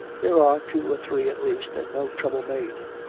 there are two or three at least, and no trouble made.